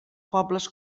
pobles